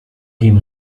gehen